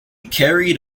carried